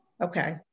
Okay